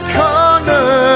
corner